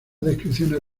descripciones